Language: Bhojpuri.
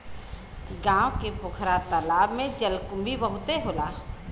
गांव के पोखरा तालाब में जलकुंभी बहुते होला